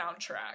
soundtrack